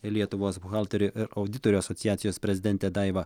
lietuvos buhalterių ir auditorių asociacijos prezidentė daiva